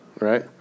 right